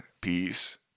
peace